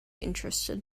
interested